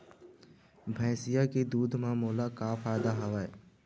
भैंसिया के दूध म मोला का फ़ायदा हवय?